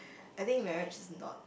I think marriage is not